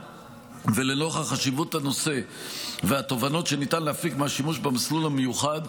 ולנוכח חשיבות הנושא והתובנות שניתן להפיק מהשימוש במסלול המיוחד,